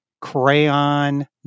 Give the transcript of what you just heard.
crayon